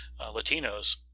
Latinos